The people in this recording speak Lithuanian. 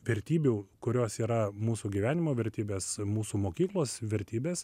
vertybių kurios yra mūsų gyvenimo vertybės mūsų mokyklos vertybės